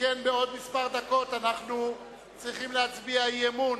שכן בעוד דקות מספר אנחנו צריכים להצביע אי-אמון,